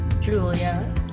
Julia